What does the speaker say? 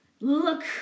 Look